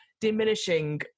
diminishing